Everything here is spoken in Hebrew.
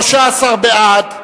13 בעד,